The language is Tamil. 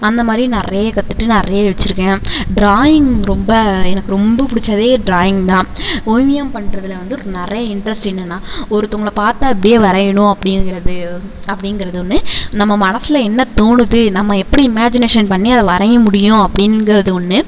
அந்த மாதிரி நிறைய கத்துகிட்டு நிறைய வச்சிருக்கேன் ட்ராயிங் ரொம்ப எனக்கு ரொம்பப் பிடிச்சதே ட்ராயிங்தான் ஓவியம் பண்ணுறதுல வந்து நிறைய இன்ட்ரெஸ்ட் என்னன்னா ஒருத்தவங்கள பார்த்து அப்படியே வரையணும் அப்படிங்கிறது அப்படிங்கிறது ஒன்று நம்ம மனசில் என்ன தோணுது நம்ம எப்படி இமேஜினேஷன் பண்ணி அதை வரைய முடியும் அப்படிங்கிறது ஒன்று